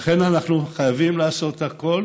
לכן, אנחנו חייבים לעשות הכול